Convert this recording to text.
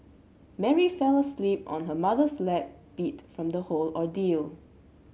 Mary fell asleep on her mother's lap beat from the whole ordeal